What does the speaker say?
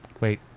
Wait